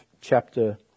chapter